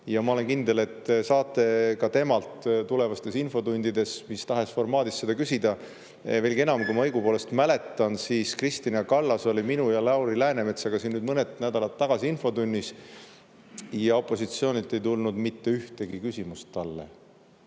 ja ma olen kindel, et saate ka temalt tulevastes infotundides ja mis tahes [muus] formaadis seda küsida. Veelgi enam, kui ma õigesti mäletan, siis Kristina Kallas oli minu ja Lauri Läänemetsaga mõned nädalad tagasi siin infotunnis ja opositsioonilt ei tulnud mitte ühtegi küsimust talle.